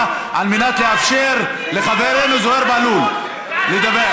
על מנת לאפשר לחברנו זוהיר בהלול לדבר.